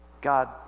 God